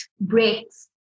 breaks